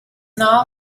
now